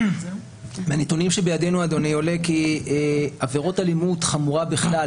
מהנתונים שבידינו עולה כי עבירות אלימות חמורה בכלל